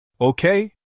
Okay